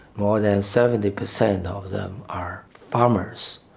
more than seventy percent and of them are farmers.